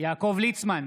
יעקב ליצמן,